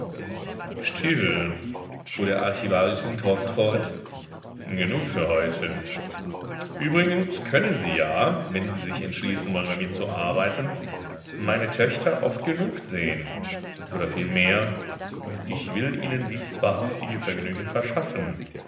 still fuhr der archivarius lindhorst fort genug für heute übrigens können sie ja wenn sie sich entschließen wollen bei mir zu arbeiten meine töchter oft genug sehen oder vielmehr ich will ihnen dies wahrhaftige vergnügen verschaffen